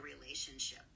relationship